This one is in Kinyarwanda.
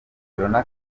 bazakora